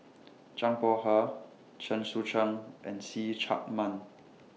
Zhang Bohe Chen Sucheng and See Chak Mun